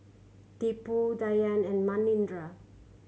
Tipu Dhyan and Manindra